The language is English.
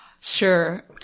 sure